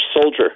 soldier